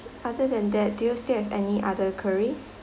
other than that do you still have any other queries